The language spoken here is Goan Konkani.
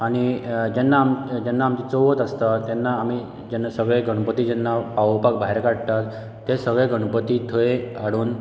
आनी जेन्ना आमची जेन्ना चवथ आसता तेन्ना आमी सगळे गणपती जेन्ना पावोवपाक भायर काडटा ते सगळे गणपती थंय हाडून